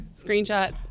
screenshot